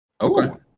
Okay